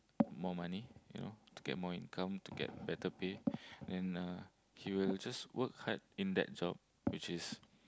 more money you know to get more income to get better pay and uh he will just work hard in that job which is